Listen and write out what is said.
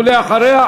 ואחריה,